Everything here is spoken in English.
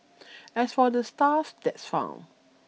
as for the stuff that's found